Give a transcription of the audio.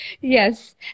Yes